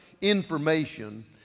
information